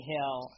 Hill